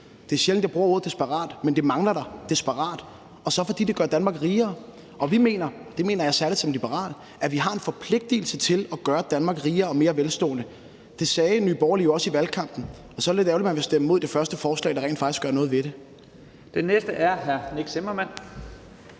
Det er sjældent, at jeg bruger ordet desperat, men det mangler der desperat. Og så gør vi det, fordi det gør Danmark rigere. Vi mener, og det mener jeg særlig som liberal, at vi har en forpligtelse til at gøre Danmark rigere og mere velstående. Det sagde Nye Borgerlige jo også i valgkampen, og så er det lidt ærgerligt, at man vil stemme imod det første forslag, der rent faktisk gør noget ved det. Kl. 10:35 Første næstformand